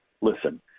listen